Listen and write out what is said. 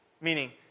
Meaning